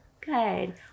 Good